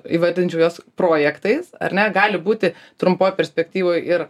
įvardinčiau juos projektais ar ne gali būti trumpoj perspektyvoj ir